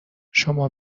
شما